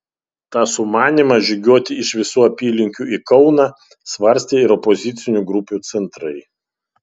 tą sumanymą žygiuoti iš visų apylinkių į kauną svarstė ir opozicinių grupių centrai